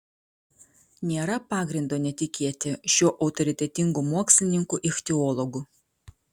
nėra pagrindo netikėti šiuo autoritetingu mokslininku ichtiologu